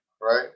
right